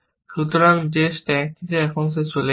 সুতরাং যে স্ট্যাক থেকে এখন চলে গেছে